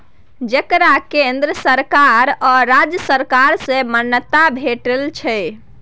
जकरा केंद्र सरकार आ राज्य सरकार सँ मान्यता भेटल छै